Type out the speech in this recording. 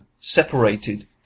separated